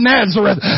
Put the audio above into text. Nazareth